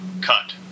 cut